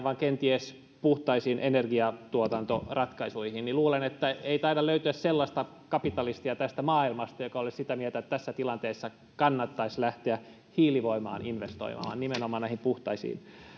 vai kenties puhtaisiin energiatuotantoratkaisuihin ja luulen että ei taida löytyä sellaista kapitalistia tästä maailmasta joka olisi sitä mieltä että tässä tilanteessa kannattaisi lähteä hiilivoimaan investoimaan vaan nimenomaan näihin puhtaisiin